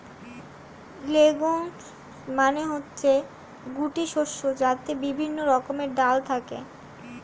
legumes মানে হচ্ছে গুটি শস্য যাতে বিভিন্ন রকমের ডাল থাকে